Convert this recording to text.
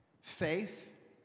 faith